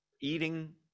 eating